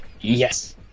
Yes